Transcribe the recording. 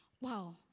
Wow